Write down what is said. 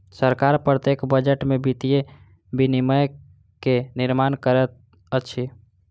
सरकार प्रत्येक बजट में वित्तीय विनियम के निर्माण करैत अछि